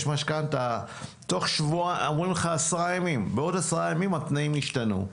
משכנתה אומרים לך שבעוד עשרה ימים התנאים ישתנו.